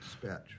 Dispatch